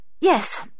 Yes